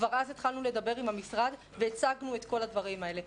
כבר אז התחלנו לדבר עם המשרד והצגנו את כל הדברים האלה.